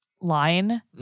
Line